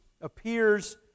appears